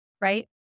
right